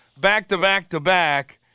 back-to-back-to-back